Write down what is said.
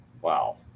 Wow